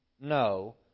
no